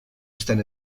estan